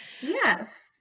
Yes